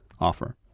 offer